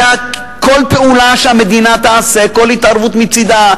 שכל פעולה שהמדינה תעשה וכל התערבות מצדה,